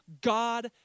God